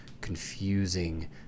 confusing